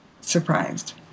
surprised